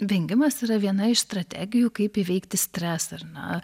vengimas yra viena iš strategijų kaip įveikti stresą ar ne